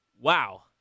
Wow